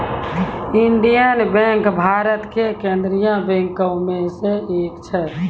Indian Bank Bharat के केन्द्रीय बैंको मे से एक छै